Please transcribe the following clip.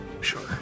Sure